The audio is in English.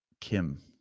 Kim